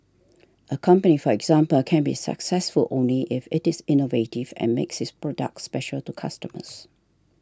a company for example can be successful only if it is innovative and makes its products special to customers